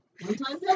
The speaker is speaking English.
One-time